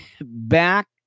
back